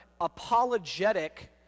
apologetic